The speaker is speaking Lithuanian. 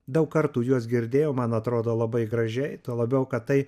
daug kartų juos girdėjau man atrodo labai gražiai tuo labiau kad tai